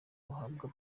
bahabwa